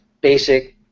basic